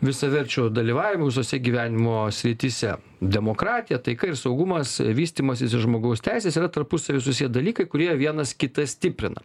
visaverčio dalyvavimo visose gyvenimo srityse demokratija taika ir saugumas vystymasis ir žmogaus teisės yra tarpusavy susiję dalykai kurie vienas kitą stiprina